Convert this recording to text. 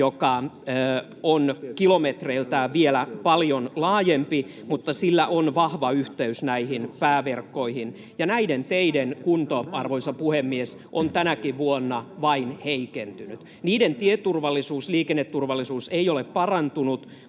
joka on kilometreiltään vielä paljon laajempi, mutta sillä on vahva yhteys näihin pääverkkoihin, ja näiden teiden kunto, arvoisa puhemies, on tänäkin vuonna vain heikentynyt. Niiden tieturvallisuus, liikenneturvallisuus ei ole parantunut,